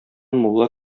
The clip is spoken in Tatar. мулла